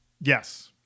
Yes